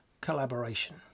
collaboration